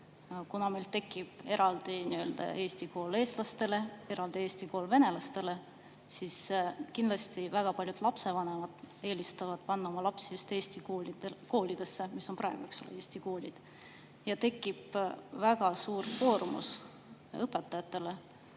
kuna meil tekib eraldi nii-öelda eesti kool eestlastele, eraldi eesti kool venelastele, siis kindlasti väga paljud lapsevanemad eelistavad panna oma lapsed just neisse eesti koolidesse, mis on praegu eesti koolid. Tekib väga suur koormus õpetajatele,